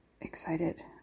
excited